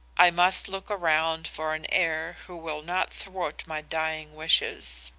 i must look around for an heir who will not thwart my dying wishes